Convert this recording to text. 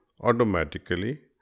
automatically